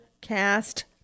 Cast